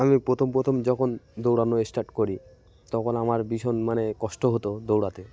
আমি প্রথম প্রথম যখন দৌড়ানো স্টার্ট করি তখন আমার ভীষণ মানে কষ্ট হতো দৌড়াতে